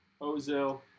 Ozil